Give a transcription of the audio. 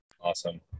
Awesome